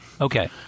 Okay